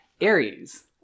Aries